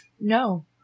No